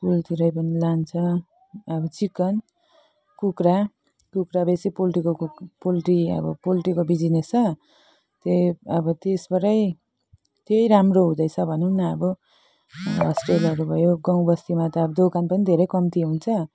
स्कुलतिरै पनि लान्छ अब चिकन कुखुरा कुखुरा पोल्ट्रीको पोल्ट्री अब पोस्ट्रीको बिजनेस छ त्यही अब त्यही त्यसबाटै त्यही राम्रो हुँदैछ भनौँ न अब हस्टेलहरू भयो गाउँबस्तीमा त अब दोकान पनि धेरै कम्ती हुन्छ